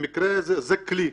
במקרה הזה זה כלי.